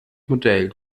modell